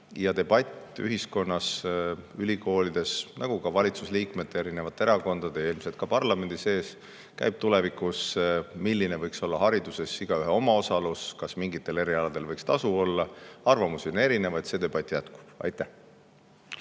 Debatt ühiskonnas, ülikoolides, nagu ka valitsuse liikmete, erinevate erakondade ja ilmselt ka parlamendi sees käib ka tulevikus. Milline võiks olla hariduses igaühe omaosalus, kas mingitel erialadel võiks tasu olla – arvamusi on erinevaid, see debatt jätkub. Kert